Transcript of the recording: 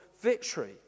victory